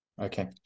okay